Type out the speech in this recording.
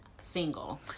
single